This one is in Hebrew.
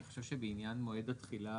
אני חושב שבעניין מועד התחילה